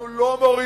אנחנו לא מורידים